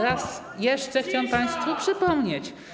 Raz jeszcze chciałem państwu przypomnieć.